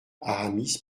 aramis